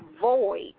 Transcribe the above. void